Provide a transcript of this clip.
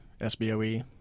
SBOE